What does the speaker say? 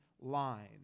line